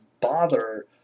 bother